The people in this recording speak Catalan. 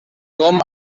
com